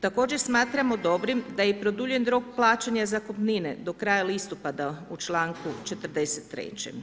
Također smatramo dobrim da je produljen rok plaćanja zakupnine do kraja listopada u članku 43.